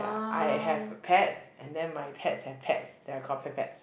ya I have the pets and then my pets and pets they are called pet pets